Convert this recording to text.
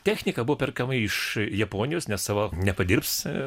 technika buvo perkama iš japonijos ne sava nepadirbs